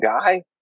guy